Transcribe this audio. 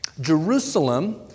Jerusalem